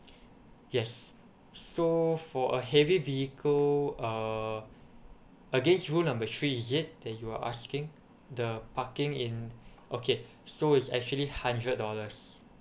yes so for a heavy vehicle uh against rules number three is it that you are asking the parking in okay so is actually hundred dollars